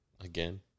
Again